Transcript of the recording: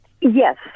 Yes